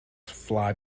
fly